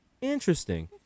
Interesting